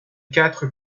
quatre